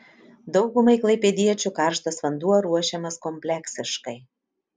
daugumai klaipėdiečių karštas vanduo ruošiamas kompleksiškai